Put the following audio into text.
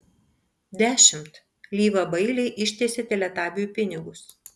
dešimt lyva bailiai ištiesė teletabiui pinigus